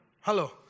Hello